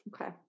Okay